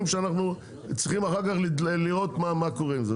שאנחנו צריכים אחר כך לראות מה קורה עם זה.